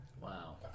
Wow